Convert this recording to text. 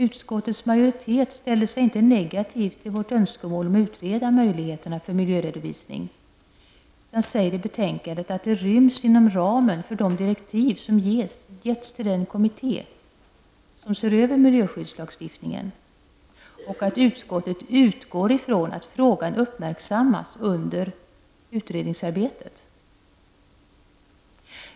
Utskottets majoritet ställer sig inte negativ till vårt önskemål om att utreda möjligheterna för miljöredovisning utan säger i betänkandet att det ryms inom ramen för de direktiv som getts till den kommitté som ser över miljöskyddslagstiftningen och att utskottet utgår från att frågan uppmärksammas under utredningsarbetet.